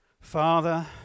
Father